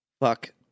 Fuck